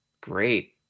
great